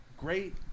great